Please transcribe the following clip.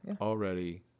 already